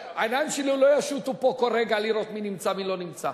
העיניים שלי לא ישוטטו פה כל רגע לראות מי נמצא ומי לא נמצא.